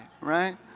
right